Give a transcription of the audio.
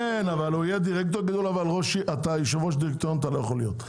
אבל יושב-ראש דירקטוריון אתה לא יכול להיות.